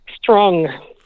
strong